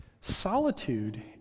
Solitude